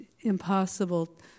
impossible